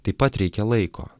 taip pat reikia laiko